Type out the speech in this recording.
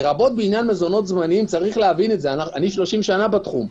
לרבות בעניין מזונות זמניים יש להבין את זה - אני 30 שנה בתחום.